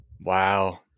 Wow